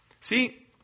See